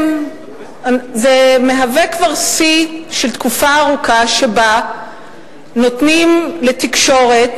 זה כבר שיא של תקופה ארוכה שבה נותנים לתקשורת,